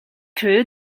crew